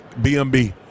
BMB